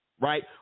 right